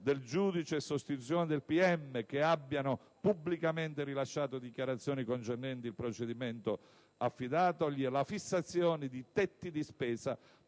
del giudice e sostituzione del PM che abbiano pubblicamente rilasciato dichiarazioni concernenti il procedimento affidatogli, alla fissazione di tetti di spesa